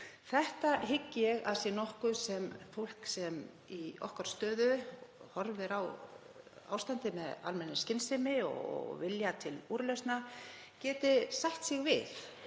Þetta hygg ég að sé nokkuð sem fólk í okkar stöðu, sem horfir á ástandið með almennri skynsemi og vilja til úrlausna, geti sætt sig við.